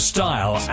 Style